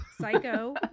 Psycho